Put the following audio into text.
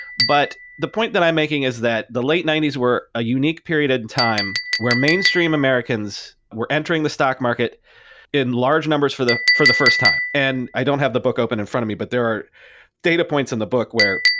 but the point that i'm making is that the late ninety s were a unique period of time, where mainstream americans were entering the stock market in large numbers for the for the first time. and i don't have the book open in front of me, but there are data points in the book where